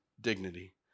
dignity